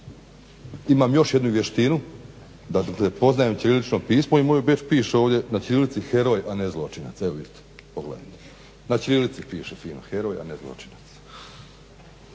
imam još jednu vještinu da poznajem ćirilično pismo i moj bedž piše ovdje na ćirilici heroj a ne zločinac, evo pogledajte na ćirilici piše fino heroj a ne zločinac.